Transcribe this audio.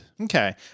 Okay